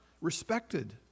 respected